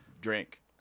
drink